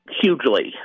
hugely